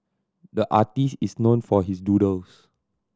the artist is known for his doodles